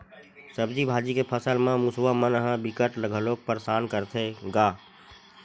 सब्जी भाजी के फसल म मूसवा मन ह बिकट घलोक परसान करथे गा